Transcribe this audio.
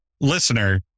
listener